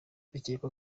bikekwa